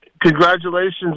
Congratulations